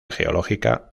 geológica